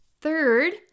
Third